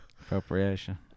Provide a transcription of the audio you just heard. Appropriation